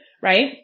right